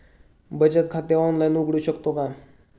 बचत खाते ऑनलाइन उघडू शकतो का?